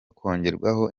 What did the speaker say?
kongerwa